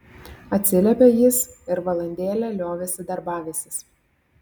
atsiliepė jis ir valandėlę liovėsi darbavęsis